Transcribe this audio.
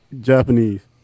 Japanese